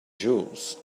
jewels